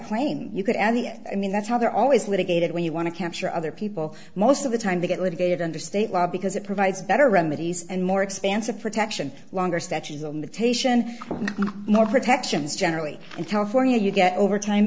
claim you could add i mean that's how they're always litigated when you want to capture other people most of the time to get litigated under state law because it provides better remedies and more expansive protection longer stretches on the tape and more protections generally in california you get overtime